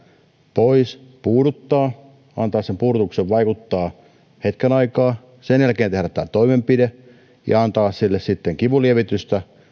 pois puuduttaa antaa sen puudutuksen vaikuttaa hetken aikaa sen jälkeen tehdä tämä toimenpide ja antaa sille sitten kivunlievitystä